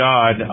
God